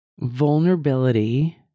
Vulnerability